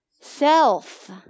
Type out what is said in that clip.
self